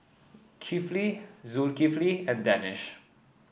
Kifli Zulkifli and Danish